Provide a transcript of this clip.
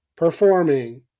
performing